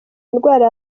indwara